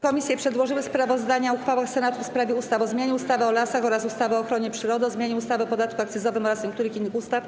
komisje przedłożyły sprawozdania o uchwałach Senatu w sprawie ustaw: - o zmianie ustawy o lasach oraz ustawy o ochronie przyrody, - o zmianie ustawy o podatku akcyzowym oraz niektórych innych ustaw.